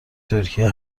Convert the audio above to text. ترکیه